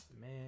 man